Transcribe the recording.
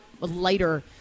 lighter